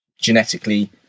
genetically